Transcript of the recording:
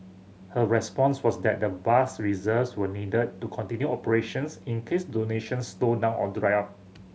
her response was that the vast reserves were needed to continue operations in case donations slowed down or dried up